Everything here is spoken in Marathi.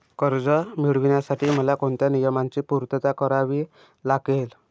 कर्ज मिळविण्यासाठी मला कोणत्या नियमांची पूर्तता करावी लागेल?